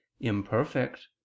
imperfect